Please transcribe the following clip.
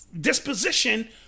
Disposition